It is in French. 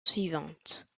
suivante